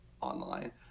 online